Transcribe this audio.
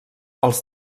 els